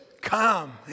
come